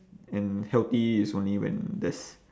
and healthy is only when there's